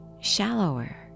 shallower